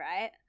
right